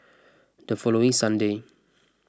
the following Sunday